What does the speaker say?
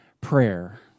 prayer